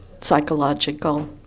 psychological